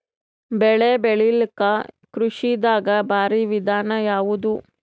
ಬೆಳೆ ಬೆಳಿಲಾಕ ಕೃಷಿ ದಾಗ ಭಾರಿ ವಿಧಾನ ಯಾವುದು?